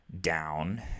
down